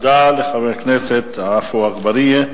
תודה לחבר הכנסת עפו אגבאריה.